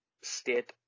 state